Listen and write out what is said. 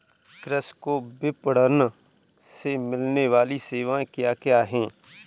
कृषि को विपणन से मिलने वाली सेवाएँ क्या क्या है